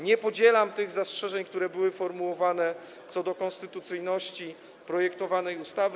Nie podzielam tych zastrzeżeń, które były formułowane, co do konstytucyjności projektowanej ustawy.